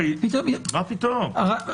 מה פתאום.